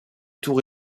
tour